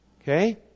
Okay